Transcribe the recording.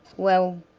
well,